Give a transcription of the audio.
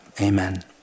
amen